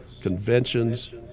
conventions